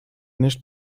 nicht